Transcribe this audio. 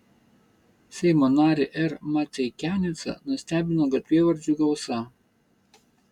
seimo narį r maceikianecą nustebino gatvėvardžių gausa